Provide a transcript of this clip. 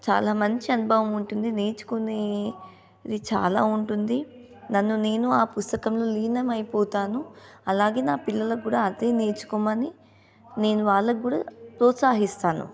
చాలా మంచి అనుభవం ఉంటుంది నేర్చుకునేది చాలా ఉంటుంది నన్ను నేను ఆ పుస్తకంలో లీనం అయిపోతాను అలాగే నా పిల్లలకు కూడా అదే నేర్చుకోమని నేను వాళ్లను కూడా ప్రోత్సహిస్తాను